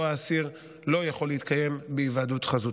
האסיר לא יכול להתקיים בהיוועדות חזותית.